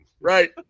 Right